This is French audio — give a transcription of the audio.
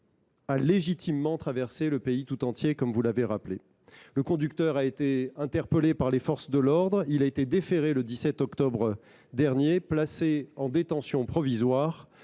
a légitimement traversé le pays tout entier, comme vous l’avez rappelé. Le conducteur a été interpellé par les forces de l’ordre et déféré le 17 octobre dernier, puis placé en détention provisoire.